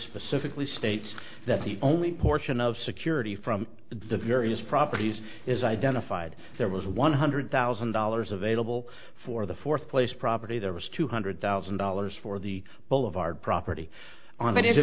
specifically states that the only portion of security from the various properties is identified there was one hundred thousand dollars available for the fourth place property there was two hundred thousand dollars for the boulevard property on